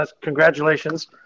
Congratulations